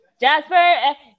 Jasper